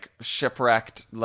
shipwrecked